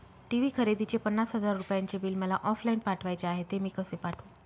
TV खरेदीचे पन्नास हजार रुपयांचे बिल मला ऑफलाईन पाठवायचे आहे, ते मी कसे पाठवू?